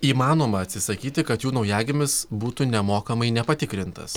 įmanoma atsisakyti kad jų naujagimis būtų nemokamai nepatikrintas